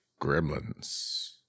Gremlins